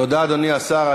תודה, אדוני השר.